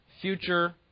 future